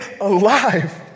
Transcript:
alive